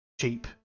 cheap